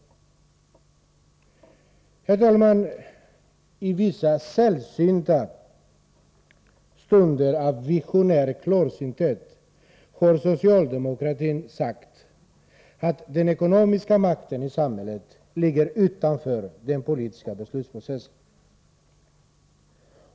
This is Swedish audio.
Herr talman! I sällsynta stunder av visionär klarsynthet har socialdemokratin sagt att den ekonomiska makten i samhället ligger utanför den politiska beslutsprocessen.